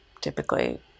typically